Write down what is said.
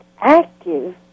active